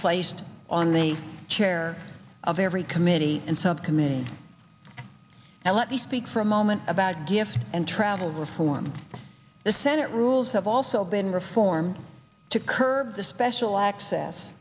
placed on the chair of every committee and subcommittee and let me speak for a moment about gifts and travel reform the senate rules have also been reformed to curb the special access